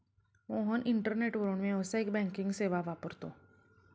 मोहन इंटरनेटवरून व्यावसायिक बँकिंग सेवा वापरतो